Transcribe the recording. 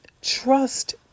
Trust